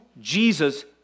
Jesus